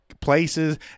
Places